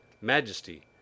majesty